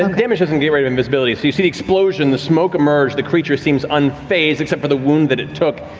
and damage doesn't get rid of invisibility, so you see the explosion, the smoke emerge, the creature seems unfazed except for the wound that it took,